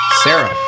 Sarah